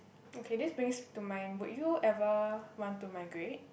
okay this brings to my would you ever want to migrate